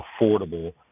affordable